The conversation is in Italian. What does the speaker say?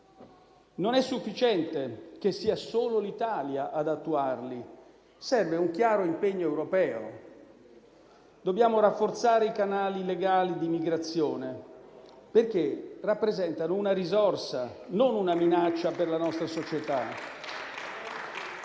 Non è sufficiente che sia solo l'Italia ad attuarli: serve un chiaro impegno europeo. Dobbiamo rafforzare i canali legali di immigrazione, perché rappresentano una risorsa, non una minaccia per la nostra società.